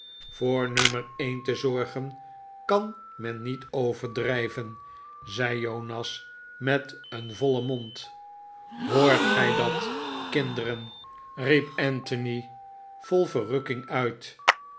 nummer een te zorgen kan men niet overdrijven zei jonas met een vollen mond hoort gij dat kinderen riep anthony vol verrukking uit